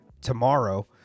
tomorrow